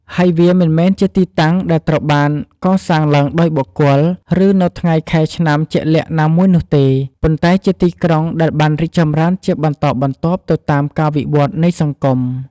ហើយវាមិនមែនជាទីតាំងដែលត្រូវបានកសាងឡើងដោយបុគ្គល ឬនៅថ្ងៃខែឆ្នាំជាក់លាក់ណាមួយនោះទេ ប៉ុន្តែជាទីក្រុងដែលបានរីកចម្រើនជាបន្តបន្ទាប់ទៅតាមការវិវត្តនៃសង្គម។